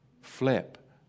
flip